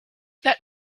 that